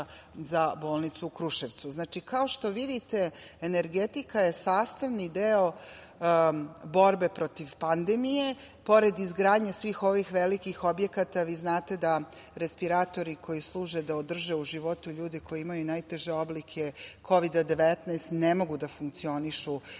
za bolnicu u Kruševcu. Kao što vidite, energetika je sastavni deo borbe protiv pandemije. Pored izgradnje svih ovih velikih objekata, vi znate da respiratori koji služe da održe u životu ljude koji imaju najteže oblike kovida 19 ne mogu da funkcionišu